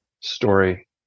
story